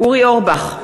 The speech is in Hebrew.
אורי אורבך,